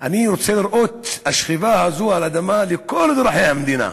אני רוצה לראות את השכיבה הזו על האדמה לכל אזרחי המדינה.